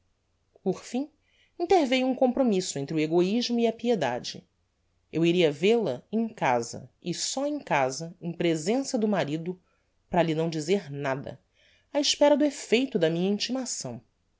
por fim interveiu um compromisso entre o egoismo e a piedade eu iria vel-a em casa e só em casa em presença do marido para lhe não dizer nada á espera do effeito da minha intimação